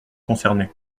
concernés